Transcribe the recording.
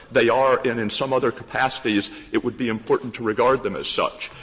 they are. and in some other capacities, it would be important to regard them as such.